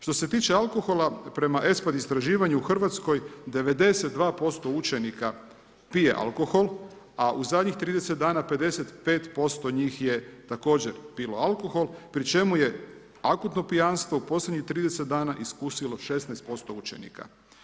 Što se tiče alkohola, prema ESPAD istraživanju u RH 92% učenika pije alkohol, a u zadnjih 30 dana 55% njih je također pilo alkohol, pri čemu je akutno pijanstvo u posljednjih 30 dana iskusilo 16% učenika.